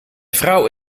vrouw